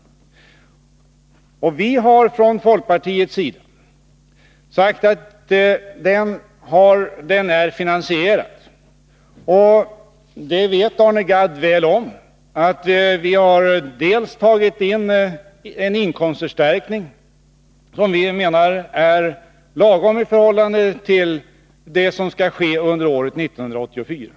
Vi har från folkpartiets sida sagt att den är finansierad, och Arne Gadd vet väl om att vi har föreslagit en inkomstförstärkning medelst högre energiskatter fr.o.m. den 1 januari 1984 som vi menar är lagom i förhållande till det som skall finansieras 1984.